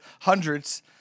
hundreds